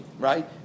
right